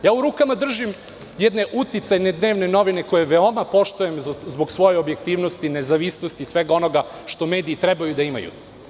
U rukama držim jedne uticajne dnevne novine koje veoma poštujem zbog svoje objektivnosti, nezavisnosti i svega onoga što mediji treba da imaju.